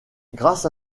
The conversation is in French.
grâce